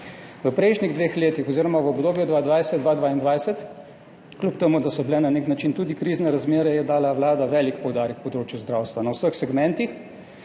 V prejšnjih dveh letih oziroma v obdobju 2020–2022, kljub temu da so bile na nek način tudi krizne razmere, je dala vlada velik poudarek področju zdravstva na vseh segmentih. Sprejet